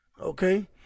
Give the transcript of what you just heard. Okay